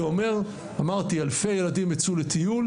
זה אומר אמרתי אלפי ילדים יצאו לטיול,